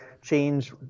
change